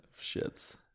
shits